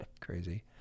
Crazy